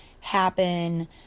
happen